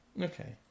Okay